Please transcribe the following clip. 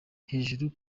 hejuru